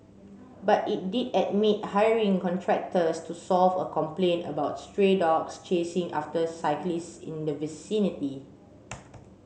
but it did admit hiring contractors to solve a complaint about stray dogs chasing after cyclists in the vicinity